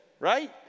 right